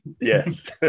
Yes